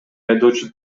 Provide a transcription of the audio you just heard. айдоочу